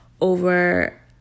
over